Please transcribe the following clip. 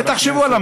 ותחשבו על,